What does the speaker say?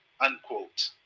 Unquote